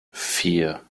vier